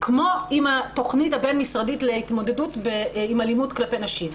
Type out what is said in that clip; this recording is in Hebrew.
כמו עם התוכנית הבין-משרדית להתמודדות עם אלימות כלפי נשים.